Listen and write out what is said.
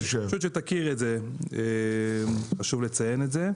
שתכיר את זה, חשוב לציין את זה.